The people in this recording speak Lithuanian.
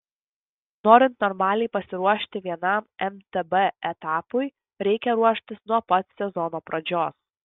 norint normaliai pasiruošti vienam mtb etapui reikia ruoštis nuo pat sezono pradžios